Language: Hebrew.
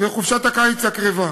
בחופשת הקיץ הקרבה.